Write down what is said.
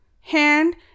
hand